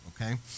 okay